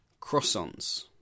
croissants